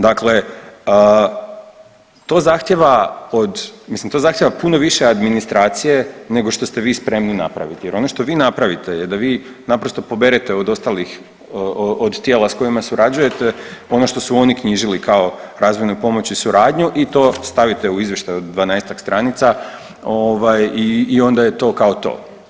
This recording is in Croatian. Dakle, to zahtjeva od, mislim to zahtjeva puno više administracije nego što ste vi spremni napraviti jer ono što vi napravite je da vi naprosto poberete od ostalih, od tijela s kojima surađujete ono što su oni knjižili kao razvojnu pomoć i suradnju i to stavite u izvještaj od 12-ak stranica ovaj i onda je to kao to.